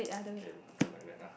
okay open my bag lah